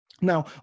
Now